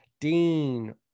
Dean